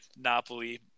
Napoli